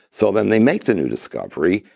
so then they make the new discovery,